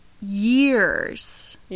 years